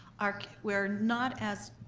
um we're not as